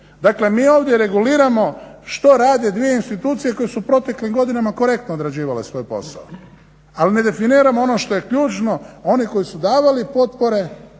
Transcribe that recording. Dakle, mi ovdje reguliramo što rade dvije institucije koje su u proteklim godinama korektno odrađivale svoj posao. Ali ne definiramo ono što je ključno, oni koji su davali potpore